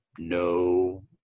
No